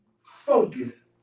focus